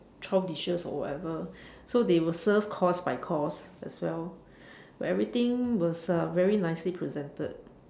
twelve dishes or whatever so they will serve course by course as well everything was uh very nicely presented